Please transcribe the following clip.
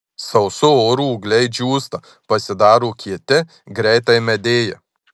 sausu oru ūgliai džiūsta pasidaro kieti greitai medėja